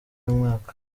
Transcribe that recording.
y’umwaka